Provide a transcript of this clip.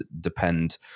depend